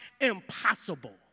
impossible